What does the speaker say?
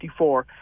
1954